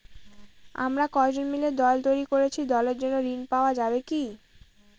আমরা কয়েকজন মিলে দল তৈরি করেছি দলের জন্য ঋণ পাওয়া যাবে কি?